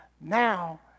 now